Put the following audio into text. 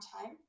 time